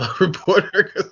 reporter